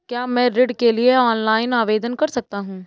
क्या मैं ऋण के लिए ऑनलाइन आवेदन कर सकता हूँ?